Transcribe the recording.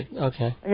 Okay